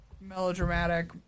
melodramatic